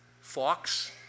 Fox